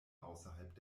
außerhalb